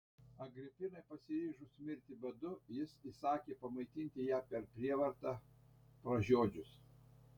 agripinai pasiryžus mirti badu jis įsakė pamaitinti ją per prievartą pražiodžius